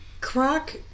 Croc